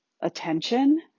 attention